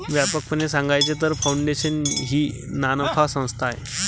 व्यापकपणे सांगायचे तर, फाउंडेशन ही नानफा संस्था आहे